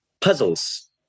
puzzles